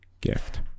gift